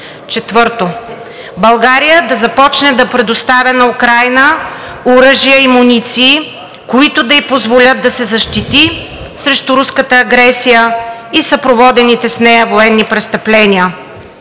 Четвърто, България да започне да предоставя на Украйна оръжие и муниции, които да ѝ позволят да се защити срещу руската агресия и съпроводените с нея военни престъпления.